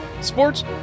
Sports